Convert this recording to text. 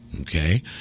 Okay